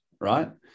Right